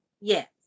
Yes